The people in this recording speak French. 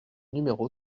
numéro